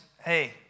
hey